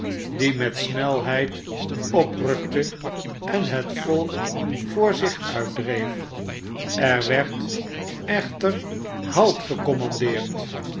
die met snelheid oprukte en het volk voor zich uitdreef er werd echter halt